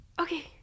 okay